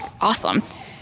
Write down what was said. awesome